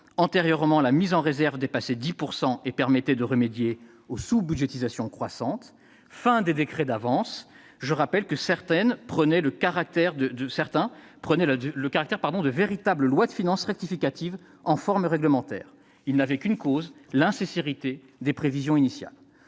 antérieurement, la mise en réserve dépassait 10 % et permettait de remédier aux sous-budgétisations croissantes -, la fin des décrets d'avance, dont certains prenaient le caractère de véritables lois de finances rectificatives en forme réglementaire. Ils n'avaient qu'une cause : l'insincérité des prévisions initiales.